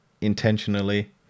intentionally